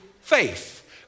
faith